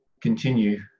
continue